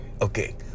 Okay